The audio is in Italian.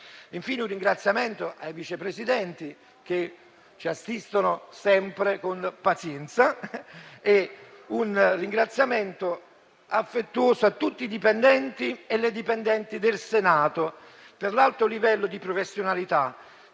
pandemia. Un ringraziamento va anche ai Vice Presidenti che ci assistono sempre con pazienza. Infine, un grazie affettuoso a tutti i dipendenti e alle dipendenti del Senato per l'alto livello di professionalità